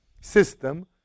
system